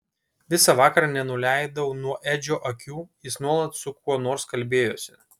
visą vakarą nenuleidau nuo edžio akių jis nuolat su kuo nors kalbėjosi